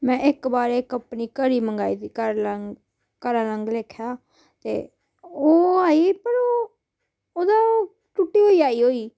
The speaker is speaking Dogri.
में इक बारी इक अपनी घड़ी मंगाई ही घर लांग घरैआह्ले लेखेआ ते ओह् आई पर ओह् ओह्दा ओह् टुट्टी होई आई होई